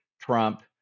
Trump